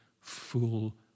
full